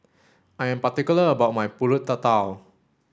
I am particular about my Pulut Tatal